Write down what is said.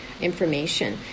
information